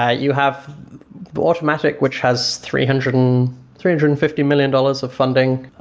ah you have automattic, which has three hundred and three hundred and fifty million dollars of funding,